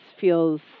feels